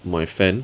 my fan